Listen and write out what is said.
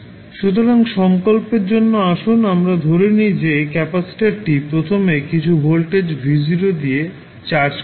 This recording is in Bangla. সুতরাং সংকল্পের জন্য আসুন আমরা ধরে নিই যে ক্যাপাসিটারটি প্রথমে কিছু ভোল্টেজ V0 দিয়ে চার্জ করা হয়